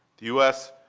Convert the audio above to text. the u s.